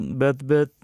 bet bet